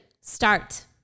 Start